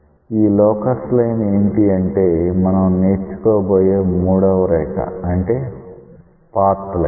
ఈ locus line ఏంటి అంటే మనం నేర్చుకోబోయే మూడవ రేఖ అంటే పాత్ లైన్